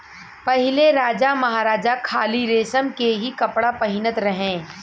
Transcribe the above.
पहिले राजामहाराजा खाली रेशम के ही कपड़ा पहिनत रहे